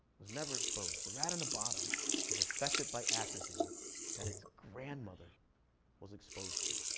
was never exposed. the rat on the bottom was affected by atrazine that its grandmother was exposed to.